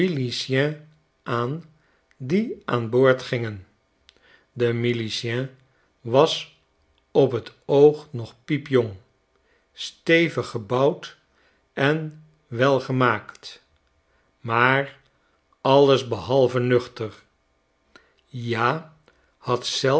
milicien aan die aan boord gingen de milicien was op t oog nog piepjong stevig gebouwd en welgemaakt maar alles behalve nuchter ja had zelfs